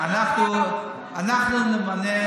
אנחנו נמנה,